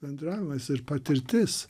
bendravimas ir patirtis